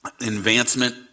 advancement